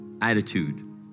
attitude